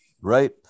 Right